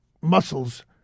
muscles